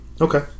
Okay